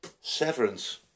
Severance